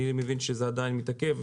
אני מבין שזה עדיין מתעכב.